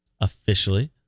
Officially